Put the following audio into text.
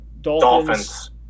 Dolphins